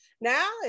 Now